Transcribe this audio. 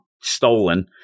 stolen